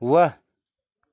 वाह